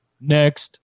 next